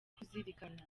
kuzirikana